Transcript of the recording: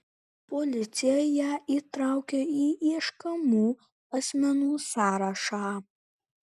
policija ją įtraukė į ieškomų asmenų sąrašą